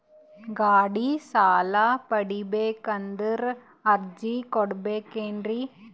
ಗಾಡಿ ಸಾಲ ಪಡಿಬೇಕಂದರ ಅರ್ಜಿ ಕೊಡಬೇಕೆನ್ರಿ?